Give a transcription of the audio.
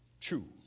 True